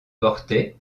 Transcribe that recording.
portait